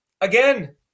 Again